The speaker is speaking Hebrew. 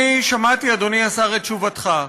אני שמעתי, אדוני השר, את תשובתך,